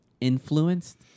influenced